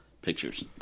Pictures